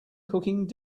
cooking